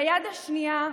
ביד השנייה,